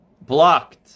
blocked